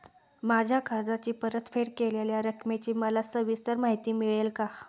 माझ्या कर्जाची परतफेड केलेल्या रकमेची मला सविस्तर माहिती मिळेल का?